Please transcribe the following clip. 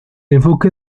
enfoque